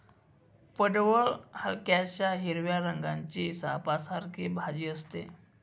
पडवळ हलक्याशा हिरव्या रंगाची सापासारखी भाजी असते